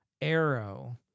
arrow